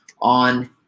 on